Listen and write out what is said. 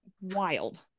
Wild